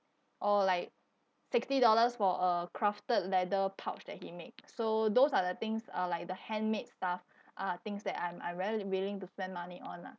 or like sixty dollars for a crafted leather pouch that he make so those are the things are like the handmade stuff are things that I'm I'm very willing to spend money on lah